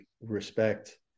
respect